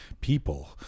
people